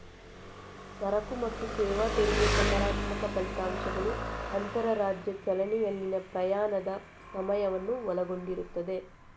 ಸರಕು ಮತ್ತು ಸೇವಾ ತೆರಿಗೆ ಸಕಾರಾತ್ಮಕ ಫಲಿತಾಂಶಗಳು ಅಂತರರಾಜ್ಯ ಚಲನೆಯಲ್ಲಿನ ಪ್ರಯಾಣದ ಸಮಯವನ್ನು ಒಳಗೊಂಡಿರುತ್ತದೆ